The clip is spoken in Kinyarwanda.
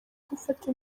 gufata